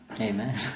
amen